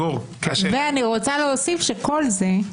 אני רוצה להוסיף שכל זה,